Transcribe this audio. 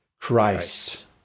Christ